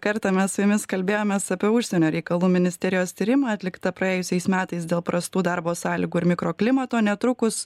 kartą mes su jumis kalbėjomės apie užsienio reikalų ministerijos tyrimą atliktą praėjusiais metais dėl prastų darbo sąlygų ir mikroklimato netrukus